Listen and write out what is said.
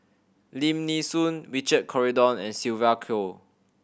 Lim Nee Soon Richard Corridon and Sylvia Kho